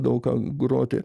daug ką groti